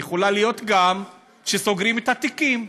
יכולה להיות גם שסוגרים את התיקים.